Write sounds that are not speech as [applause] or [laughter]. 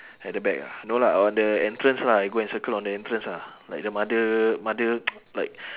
at the back ah no lah on the entrance lah I go and circle on the entrance lah like the mother mother [noise] like